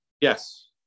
Yes